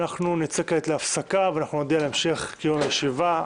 נצא כעת להפסקה ונודיע על המשך קיום הישיבה.